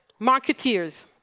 Marketeers